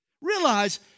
Realize